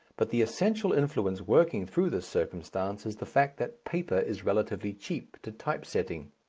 but the essential influence working through this circumstance is the fact that paper is relatively cheap to type-setting,